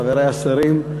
חברי השרים,